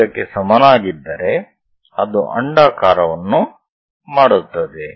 75 ಕ್ಕೆ ಸಮನಾಗಿದ್ದರೆ ಅದು ಅಂಡಾಕಾರವನ್ನು ಮಾಡುತ್ತದೆ